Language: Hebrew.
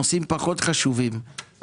שם עולים נושאים חשובים פחות,